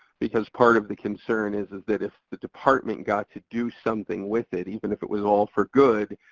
because part of the concern is is that if the department got to do something with it, even if it was all for good,